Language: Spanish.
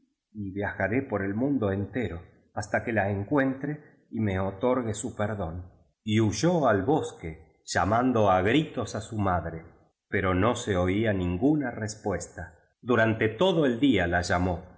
y viajaré por el mundo entero hasta que la encuentre y me otorgue su perdón y huyó al bosque llamando á gritos á su madre pero no se oía ninguna respuesta durante todo el día la llamó